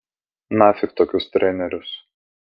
nafik tokius trenerius